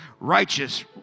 righteous